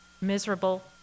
miserable